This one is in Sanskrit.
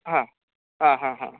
हा हा हा हा